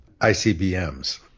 ICBMs